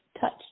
touch